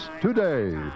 today